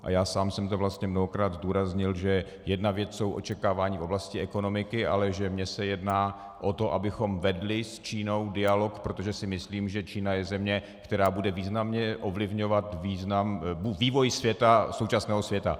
A já sám jsem to vlastně mnohokrát zdůraznil, že jedna věc jsou očekávání v oblasti ekonomiky, ale že mně se jedná o to, abychom vedli s Čínou dialog, protože si myslím, že Čína je země, která bude významně ovlivňovat vývoj současného světa.